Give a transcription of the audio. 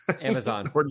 Amazon